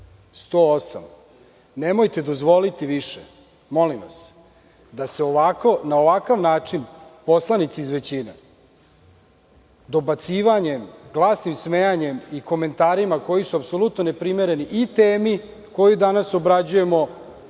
108. Nemojte više dozvoliti, molim vas, da se na ovakav način poslanici iz većine dobacivanjem, glasnim smejanjem i komentarima koji su apsolutno neprimereni i temi koju danas obrađujemo i